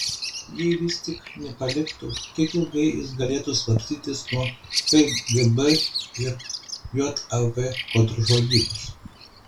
jei vis tik nepaliktų kiek ilgai jis galėtų slapstytis nuo kgb ir jav kontržvalgybos